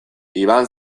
iban